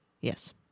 Yes